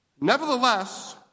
Nevertheless